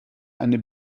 eine